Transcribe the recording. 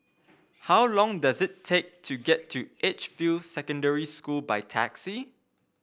how long does it take to get to Edgefield Secondary School by taxi